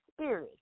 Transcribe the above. Spirit